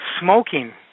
smoking